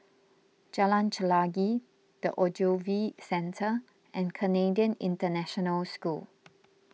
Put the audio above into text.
Jalan Chelagi the Ogilvy Centre and Canadian International School